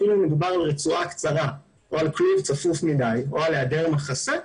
אפילו אם מדובר על רצועה קצרה או על כלוב צפוף מדיי או על היעדר מחסה,